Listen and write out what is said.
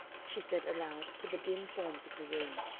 she said aloud to the dim forms of her room,